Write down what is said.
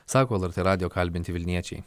sako lrt radijo kalbinti vilniečiai